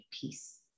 peace